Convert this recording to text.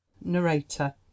Narrator